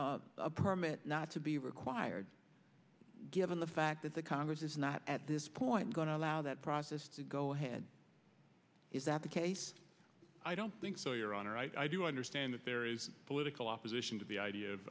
for a permit not to be required given the fact that the congress is not at this point going to allow that process to go ahead is that the case i don't think so your honor i do understand that there is political opposition to the idea of